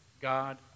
God